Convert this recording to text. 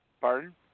pardon